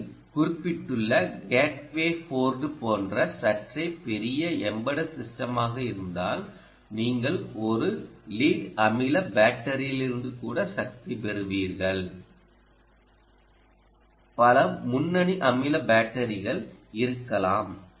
நாங்கள் குறிப்பிட்டுள்ள gateway board போன்ற சற்றே பெரிய எம்பட்டட் சிஸ்டமாக இருந்தால் நீங்கள் ஒரு லீட் அமில பேட்டரியிலிருந்து கூட சக்தி பெறுவீர்கள் பல முன்னணி அமில பேட்டரிகள் இருக்கலாம்